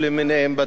בתקופה ההיא,